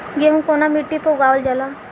गेहूं कवना मिट्टी पर उगावल जाला?